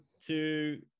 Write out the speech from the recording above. two